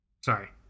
sorry